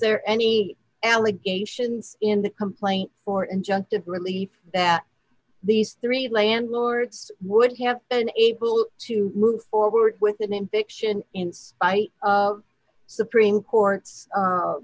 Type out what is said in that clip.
there any allegations in the complaint for injunctive relief that these three landlords would have been able to move forward with them in fiction in spite of supreme court's